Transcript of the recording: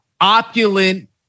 opulent